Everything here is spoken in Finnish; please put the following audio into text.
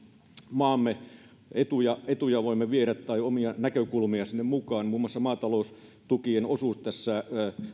maamme etuja etuja tai omia näkökulmia voimme viedä sinne mukaan muun muassa maataloustukien osuuden tässä